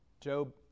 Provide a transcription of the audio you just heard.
Job